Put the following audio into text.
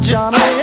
Johnny